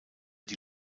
die